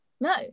No